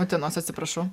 utenos atsiprašau